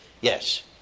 Yes